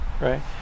right